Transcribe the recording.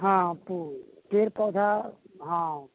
हँ पेड़ पौधा हँ